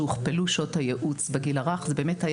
שהוכפלו שעות הייעוץ בגיל הרך זה באמת,